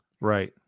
right